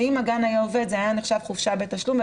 אם הגן היה עובד זה היה נחשב חופשה בתשלום,